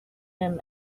him